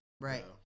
Right